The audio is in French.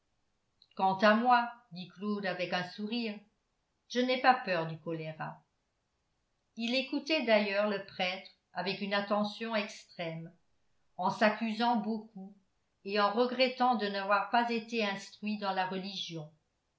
quant à moi dit claude avec un sourire je n'ai pas peur du choléra il écoutait d'ailleurs le prêtre avec une attention extrême en s'accusant beaucoup et en regrettant de n'avoir pas été instruit dans la religion